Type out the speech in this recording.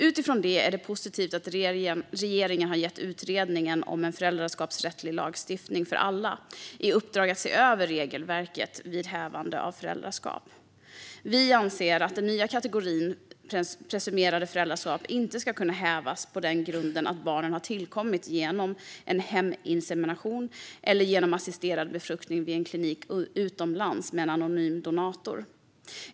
Utifrån det är det positivt att regeringen har gett utredningen En föräldraskapsrättslig lagstiftning för alla i uppdrag att se över regelverket för hävande av föräldraskap. Vi anser att den nya kategorin av presumerade föräldraskap inte ska kunna hävas på grunden att barnet har tillkommit genom en heminsemination eller genom assisterad befruktning vid en klinik utomlands med en anonym donator.